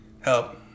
Help